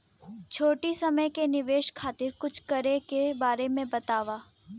छोटी समय के निवेश खातिर कुछ करे के बारे मे बताव?